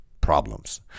problems